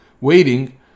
waiting